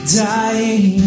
dying